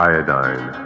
Iodine